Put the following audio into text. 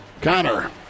Connor